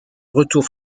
retour